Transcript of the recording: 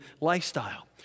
lifestyle